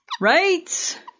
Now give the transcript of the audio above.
right